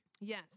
yes